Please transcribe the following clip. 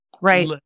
right